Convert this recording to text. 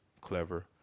clever